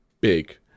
big